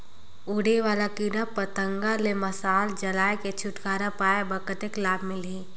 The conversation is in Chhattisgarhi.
उड़े वाला कीरा पतंगा ले मशाल जलाय के छुटकारा पाय बर कतेक लाभ मिलही?